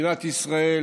מדינת ישראל